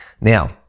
Now